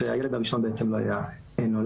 כשהילד הראשון בעצם לא היה נולד,